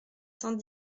cent